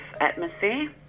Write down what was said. atmosphere